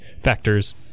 factors